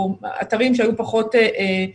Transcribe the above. או אתרים שהיו פחות בשימוש.